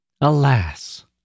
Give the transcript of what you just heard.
Alas